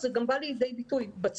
אז זה גם בא לידי ביטוי בצפיפות.